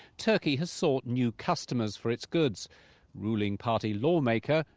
turkey has sought new customers for its goods ruling party lawmaker,